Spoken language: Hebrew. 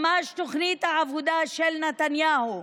ממש תוכנית העבודה של נתניהו,